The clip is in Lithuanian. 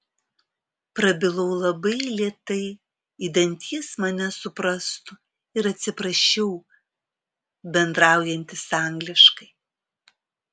prabilau labai lėtai idant jis mane suprastų ir atsiprašiau bendraujantis angliškai